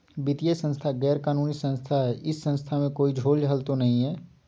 वित्तीय संस्था गैर कानूनी संस्था है इस संस्था में कोई झोलझाल तो नहीं है?